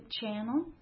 channel